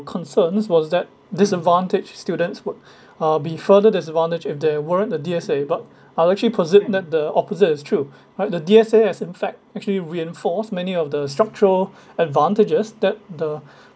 concerns was that disadvantaged students would uh be further disadvantage if there weren't a D_S_A but I'll actually posit that the opposite is true right the D_S_A has in fact actually reinforce many of the structural advantages that the